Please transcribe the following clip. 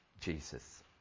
Jesus